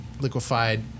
liquefied